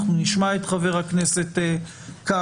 אנחנו נשמע את חה"כ כץ.